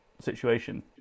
situation